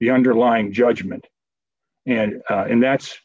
the underlying judgment and and that's